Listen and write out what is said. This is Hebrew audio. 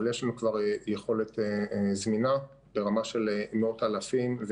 אבל יש לנו כבר יכולת זמינה ברמה של מאות אלפים.